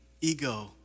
ego